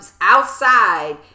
outside